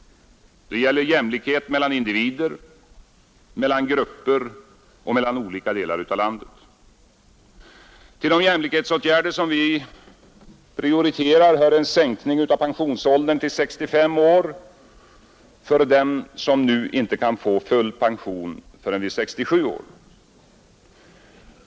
Det gäller jämlikhet mellan individer, mellan grupper och mellan olika delar av landet. Till de jämlikhetsåtgärder som vi prioriterar hör en sänkning av pensionsåldern till 65 år för dem som nu inte kan få full pension förrän vid 67 år.